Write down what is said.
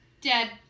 Dead